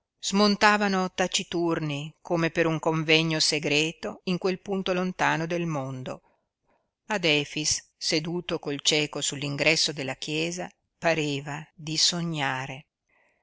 smontavano taciturni come per un convegno segreto in quel punto lontano del mondo ad efix seduto col cieco sull'ingresso della chiesa pareva di sognare